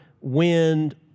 wind